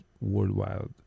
worldwide